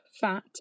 fat